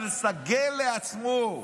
עליו לסגל לעצמו,